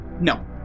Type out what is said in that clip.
No